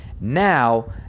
Now